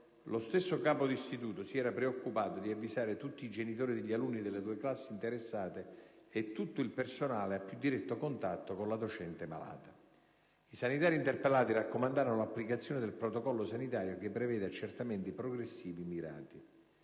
lo stesso capo d'istituto si era preoccupato di avvisare tutti i genitori degli alunni delle due classi interessate e tutto il personale a più diretto contatto con la docente malata. I sanitari interpellati raccomandarono l'applicazione del protocollo sanitario, che prevede accertamenti progressivi mirati.